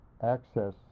access